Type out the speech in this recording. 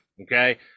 Okay